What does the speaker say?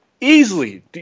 Easily